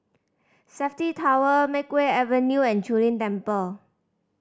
Safti Tower Makeway Avenue and Zu Lin Temple